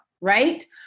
Right